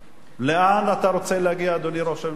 לאן אתה רוצה להגיע, אדוני ראש הממשלה?